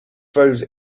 those